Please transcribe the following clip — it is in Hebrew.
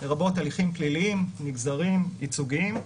לרבות הליכים פליליים, מגזריים, ייצוגיים,